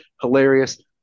hilarious